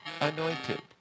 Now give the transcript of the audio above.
anointed